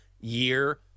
year